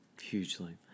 Hugely